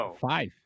five